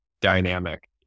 dynamic